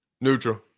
Neutral